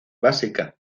básica